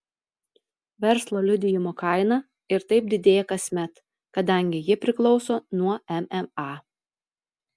verslo liudijimo kaina ir taip didėja kasmet kadangi ji priklauso nuo mma